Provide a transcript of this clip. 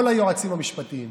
כל היועצים המשפטיים.